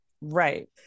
Right